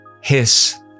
hiss